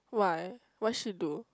why what she do